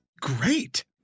great